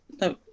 No